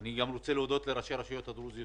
אני גם רוצה להודות לראשי הרשויות הדרוזיות